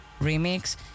remix